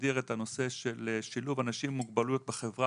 הגדיר את הנושא של שילוב אנשים עם מוגבלויות בחברה